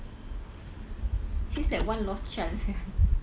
that's why joe is the one that people would want to keep inside their pocket